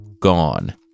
gone